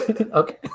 Okay